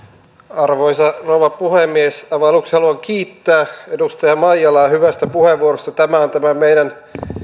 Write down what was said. arvoisa rouva puhemies aivan aluksi haluan kiittää edustaja maijalaa hyvästä puheenvuorosta tämä on tämän meidän